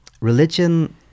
religion